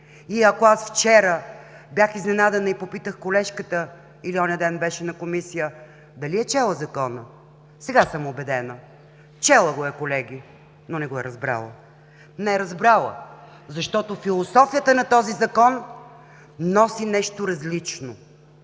онзи ден беше бях изненадана и попитах колежката в Комисията дали е чела Закона, сега съм убедена – чела го е, колеги, но не го е разбрала! Не е разбрала, защото философията на този Закон носи нещо различно.